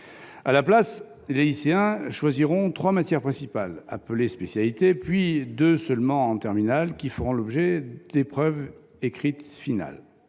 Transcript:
À la place, les lycéens choisiront trois matières principales, appelées « spécialités », puis deux seulement en terminale, qui feront l'objet d'épreuves écrites finales.